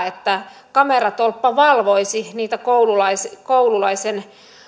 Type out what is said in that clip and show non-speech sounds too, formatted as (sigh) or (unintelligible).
(unintelligible) että kameratolppa valvoisi niitä koululaisen koululaisen